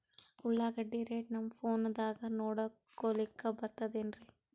ಉಳ್ಳಾಗಡ್ಡಿ ರೇಟ್ ನಮ್ ಫೋನದಾಗ ನೋಡಕೊಲಿಕ ಬರತದೆನ್ರಿ?